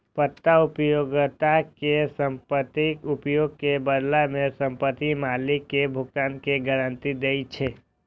पट्टा उपयोगकर्ता कें संपत्तिक उपयोग के बदला मे संपत्ति मालिक कें भुगतान के गारंटी दै छै